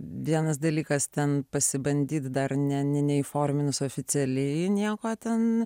vienas dalykas ten pasibandyti dar ne neįforminus oficialiai nieko ten